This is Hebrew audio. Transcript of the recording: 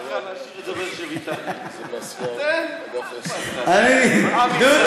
אני כן.